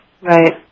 Right